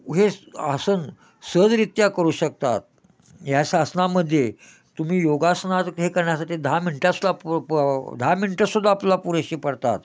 हे आसन सहजरित्या करू शकतात या आसनामध्ये तुम्ही योगासना हे करण्यासाठी दहा मिनटाला प द हा मिनटं सुद्धा आपल्याला पुरेशी पडतात